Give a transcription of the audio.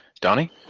donnie